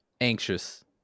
anxious